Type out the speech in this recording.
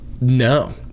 No